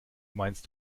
meinst